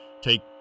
take